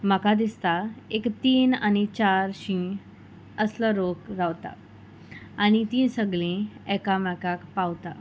म्हाका दिसता एक तीन आनी चारशीं असलो लोक रावता आनी तीं सगळीं एकामेकाक पावता